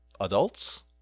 adults